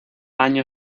año